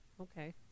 Okay